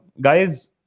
Guys